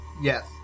Yes